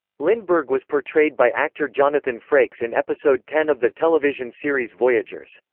lindbergh was portrayed by actor jonathan frakes in episode ten of the television series voyagers,